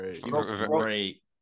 great